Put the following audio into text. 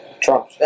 Trump